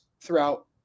throughout